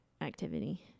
activity